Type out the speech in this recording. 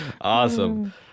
Awesome